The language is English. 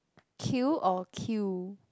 queue or kill